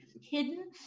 hidden